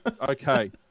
okay